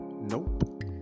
nope